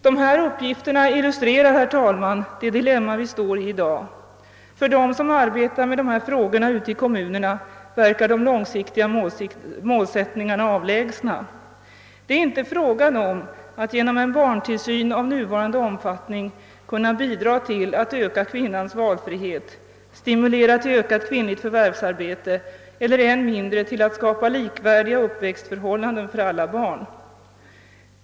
Dessa uppgifter illustrerar, herr talman, det dilemma vi i dag står i. För dem som arbetar med dessa frågor ute i kommunerna verkar de långsiktiga målsättningarna avlägsna. Det är inte fråga om att genom en barntillsyn av nuvarande omfattning kunna bidra till att öka kvinnans valfrihet, stimulera till ökat kvinnligt förvärvsarbete eller än mindre till att skapa likvärdiga uppväxtförhållanden för alla barn.